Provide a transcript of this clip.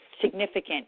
significant